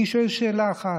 אני שואל שאלה אחת,